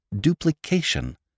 duplication